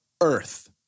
earth